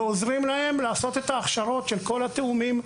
ועוזרים להם לעשות את כל ההכשרות של כל התיאומים,